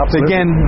again